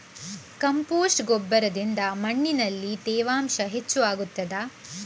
Compost ಗೊಬ್ಬರದಿಂದ ಮಣ್ಣಿನಲ್ಲಿ ತೇವಾಂಶ ಹೆಚ್ಚು ಆಗುತ್ತದಾ?